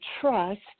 trust